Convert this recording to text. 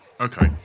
Okay